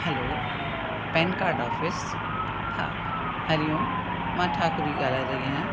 हलो PAN card office हा हरि ओम मां ठाकुरी ॻाल्हाए रही आहियां